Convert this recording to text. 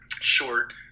short